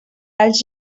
els